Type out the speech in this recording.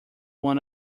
one